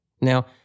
Now